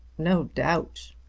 no doubt!